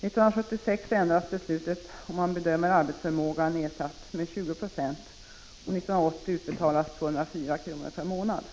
1976 ändras beslutet, och man bedömer att arbetsförmågan är nedsatt med 20 96. År 1980 utbetalas 204 kr. per månad.